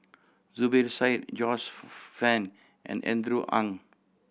Zubir Said Joyce Fan and Andrew Ang